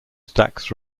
stacks